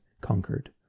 conquered